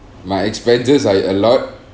my expenses are a lot